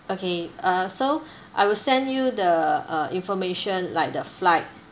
okay uh so I will send you the uh information like the flight